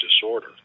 disorder